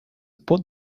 pot